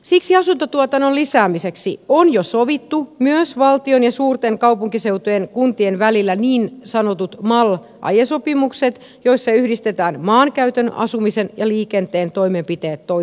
siksi asuntotuotannon lisäämiseksi on jo sovittu myös valtion ja suurten kaupunkiseutujen kuntien välillä niin sanotut mal aiesopimukset joissa yhdistetään maankäytön asumisen ja liikenteen toimenpiteet toisiinsa